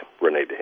Renee